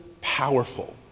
powerful